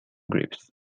grips